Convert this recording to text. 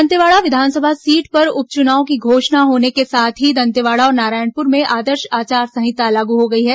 दंतेवाड़ा विधानसभा सीट पर उप चुनाव की घोषणा होने के साथ ही दंतेवाड़ा और नारायणपुर में आदर्श आचार संहिता लागू हो गई है